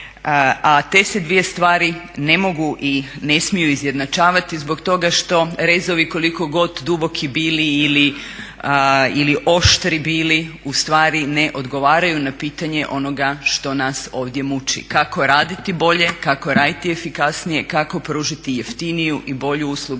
a te se dvije stvari ne mogu i ne smiju izjednačavati zbog toga što rezovi koliko god duboki bili ili oštri bili u stvari ne odgovaraju na pitanje onoga što nas ovdje muči, kako raditi bolje, kako raditi efikasnije, kako pružiti jeftiniju i bolju uslugu